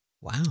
Wow